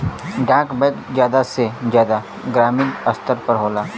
डाक बैंक जादा से जादा ग्रामीन स्तर पर होला